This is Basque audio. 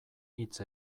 hitz